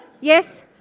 Yes